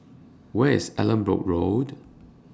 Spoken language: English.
Where IS Allanbrooke Road